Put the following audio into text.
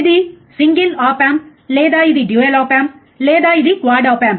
ఇది single op amp లేదా ఇది డ్యూయల్ ఆప్ ఆంప్ లేదా ఇది క్వాడ్ ఆప్ ఆంప్